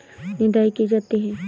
निदाई की जाती है?